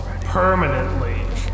permanently